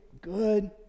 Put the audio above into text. Good